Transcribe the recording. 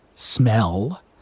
Smell